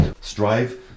strive